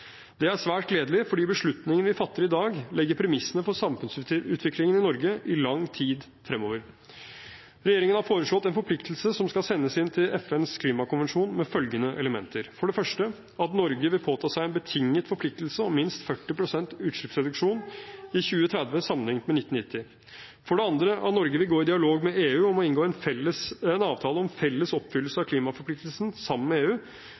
Det er svært gledelig, fordi beslutninger vi fatter i dag, legger premissene for samfunnsutviklingen i Norge i lang tid fremover. Regjeringen har foreslått en forpliktelse som skal sendes inn til FNs klimakonvensjon med følgende elementer: for det første at Norge vil påta seg en betinget forpliktelse om minst 40 pst. utslippsreduksjon i 2030 sammenlignet med 1990, for det andre at Norge vil gå i dialog med EU om å inngå en avtale om felles oppfyllelse av klimaforpliktelsene sammen med EU